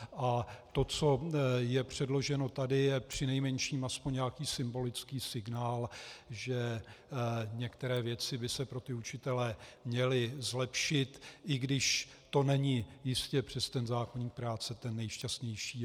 A to, co je předloženo tady, je přinejmenším aspoň nějaký symbolický signál, že některé věci by se pro učitele měly zlepšit, i když to není jistě přes zákoník práce ten nejšťastnější.